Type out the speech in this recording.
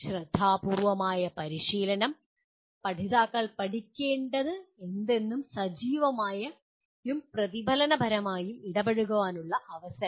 ശ്രദ്ധാപൂർവ്വമായ പരിശീലനം പഠിതാക്കൾക്ക് പഠിക്കേണ്ടതെന്തും സജീവമായും പ്രതിഫലനപരമായും ഇടപഴകാനുള്ള അവസരങ്ങൾ